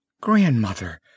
Grandmother